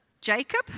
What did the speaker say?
Jacob